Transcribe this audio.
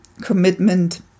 commitment